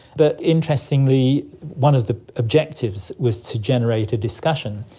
but interestingly one of the objectives was to generate a discussion,